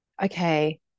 Okay